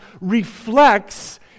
reflects